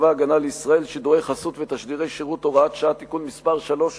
צבא-הגנה לישראל (שידורי חסות ותשדירי שירות) (הוראת שעה) (תיקון מס' 3),